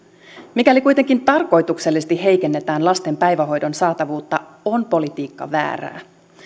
mikäli kuitenkin tarkoituksellisesti heikennetään lasten päivähoidon saatavuutta on politiikka väärää